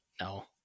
no